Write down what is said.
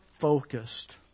focused